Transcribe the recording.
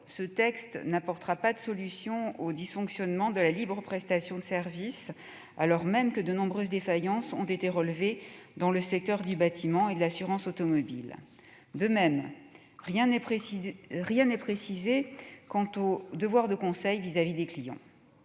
ce texte n'apportera pas de solution aux dysfonctionnements de la libre prestation de services, alors même que de nombreuses défaillances ont été relevées dans le secteur du bâtiment et de l'assurance automobile. De même, rien n'est précisé quant au devoir de conseil vis-à-vis des clients.